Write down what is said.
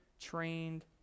trained